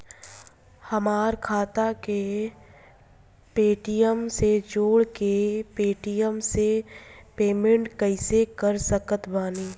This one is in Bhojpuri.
हमार खाता के पेटीएम से जोड़ के पेटीएम से पेमेंट कइसे कर सकत बानी?